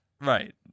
Right